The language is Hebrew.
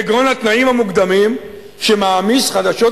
כגון התנאים המוקדמים שמעמיס חדשות